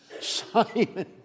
Simon